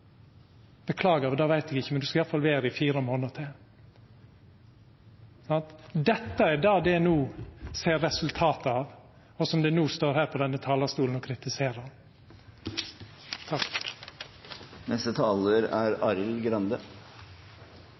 Beklagar, det veit eg ikkje, men du skal iallfall vera her i fire månader til. Dette er det dei no ser resultatet av, og som dei no står her på denne talarstolen og kritiserer.